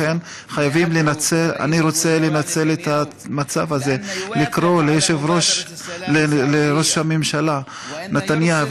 לכן אני רוצה לנצל את המצב הזה לקרוא לראש הממשלה נתניהו